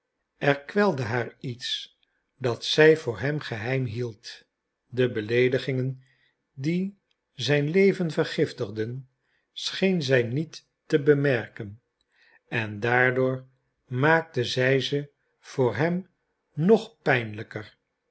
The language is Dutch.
er kwelde haar iets dat zij voor hem geheim hield de beleedigingen die zijn leven vergiftigden scheen zij niet te bemerken en daardoor maakte zij ze voor hem nog te pijnlijker